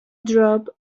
drop